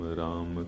ram